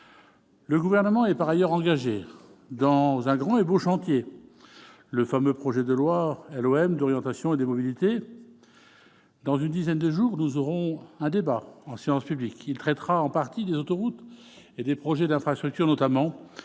Le Gouvernement est par ailleurs engagé dans un grand et beau chantier : le fameux projet de loi d'orientation des mobilités, dit LOM. Dans une dizaine de jours, nous aurons un débat en séance publique, qui traitera notamment des autoroutes et des projets d'infrastructures, mais